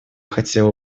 хотела